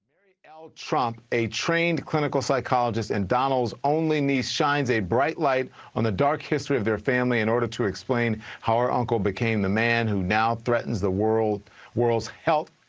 mary l. trump, a trained clinical psychologist and donald's only niece, shines a bright light on the dark history of their family in order to explain how her uncle became the man who now threatens the world the world's health,